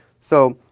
so,